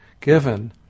given